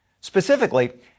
Specifically